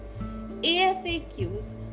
AFAQs